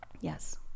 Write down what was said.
Yes